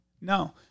No